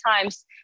times